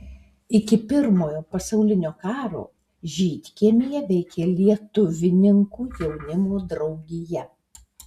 iki pirmojo pasaulinio karo žydkiemyje veikė lietuvininkų jaunimo draugija